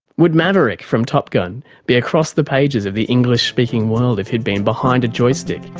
would maverick from top gun be across the pages of the english-speaking world if he'd been behind a joystick,